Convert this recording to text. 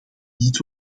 niet